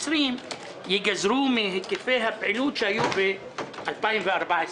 ייגזרו מהיקפי הפעילות שהיו ב-2014,